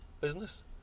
business